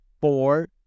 four